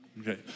Okay